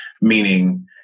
meaning